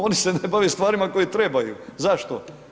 Oni se ne bave stvarima kojima trebaju, zašto?